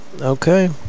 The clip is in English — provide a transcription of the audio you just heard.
Okay